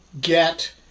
get